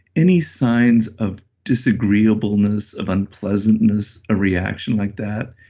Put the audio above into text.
any signs of disagreeableness, of unpleasantness a reaction like that.